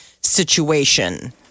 situation